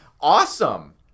Awesome